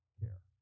care